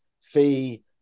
fee